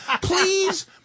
Please